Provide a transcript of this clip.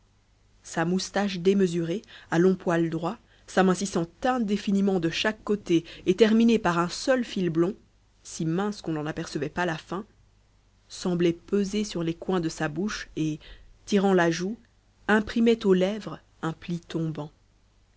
sa moustache démesurée à longs poils droits s'amincissant indéfiniment de chaque côté et terminée par un seul fil blond si mince qu'on n'en apercevait pas la fin semblait peser sur les coins de sa bouche et tirant la joue imprimait aux lèvres un pli tombant